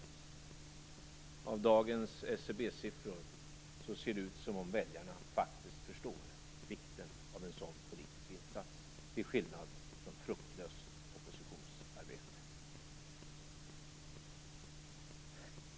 Med tanke på dagens SCB-siffror ser det ut som om väljarna faktiskt förstår vikten av en sådan politisk insats, till skillnad från fruktlöst oppositionsarbete.